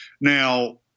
Now